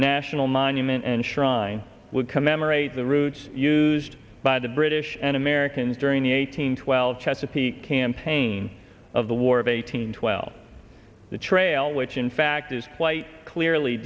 national monument and shrine would commemorate the routes used by british and american during the eight hundred twelve chesapeake campaign of the war of eighteen twelve the trail which in fact is quite clearly